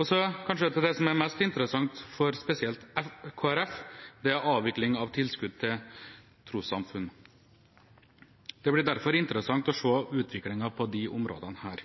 Og så kanskje det punktet som er mest interessant for spesielt Kristelig Folkeparti, nemlig avvikling av tilskudd til trossamfunn. Det blir derfor interessant å se utviklingen på disse områdene.